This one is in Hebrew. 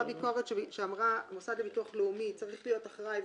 אותה ביקורת שאמרה שהמוסד לביטוח לאומי צריך להיות אחראי,